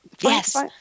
yes